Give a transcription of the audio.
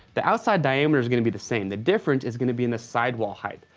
the outside diameter is gonna be the same. the difference is gonna be in the sidewall height.